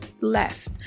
left